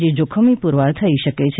તે જોખમી પૂરવાર થઈ શકે છે